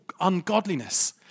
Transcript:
ungodliness